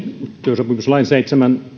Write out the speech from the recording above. työsopimuslain seitsemän